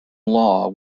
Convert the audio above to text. law